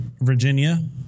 virginia